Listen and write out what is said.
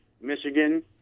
Michigan